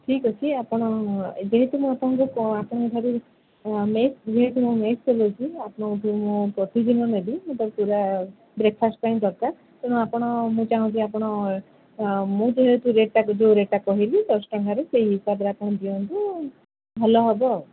ଠିକ୍ ଅଛି ଆପଣ ଯେହେତୁ ମୁଁ ଆପଣଙ୍କ ଆପଣଙ୍କ ଠାରୁ ମେସ୍ ମେସ୍ ଚଲଉଛି ଆପଣଙ୍କଠୁ ମୁଁ ପ୍ରତିଦିନ ନେବି ତାକୁ ପୁରା ବ୍ରେକ୍ଫାଷ୍ଟ ପାଇଁ ଦରକାର୍ ତେଣୁ ଆପଣ ମୁଁ ଚାହୁଁଛି ଆପଣ ମୁଁ ଯେହେତୁ ରେଟ୍ଟା ଯେଉଁ ରେଟ୍ଟା କହିଲି ଦଶ ଟଙ୍କାରେ ସେଇ ହିସାବରେ ଆପଣ ଦିଅନ୍ତୁ ଭଲ ହବ ଆଉ